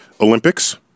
Olympics